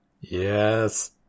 yes